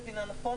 נכון,